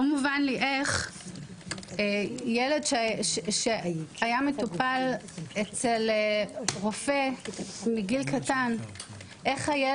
לא מובן לי איך רופא לא יודע על שילד שהיה מטופל אצל רופא מגיל קטן מת.